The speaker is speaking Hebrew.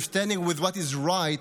you are standing with what is right,